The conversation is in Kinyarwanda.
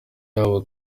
yabo